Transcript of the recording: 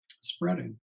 spreading